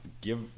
Give